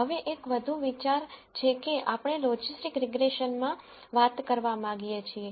હવે એક વધુ વિચાર છે કે આપણે લોજિસ્ટિક રીગ્રેસનમાં વાત કરવા માંગીએ છીએ